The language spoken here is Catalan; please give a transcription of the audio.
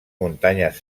muntanyes